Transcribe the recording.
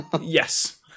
yes